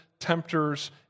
tempters